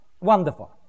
Wonderful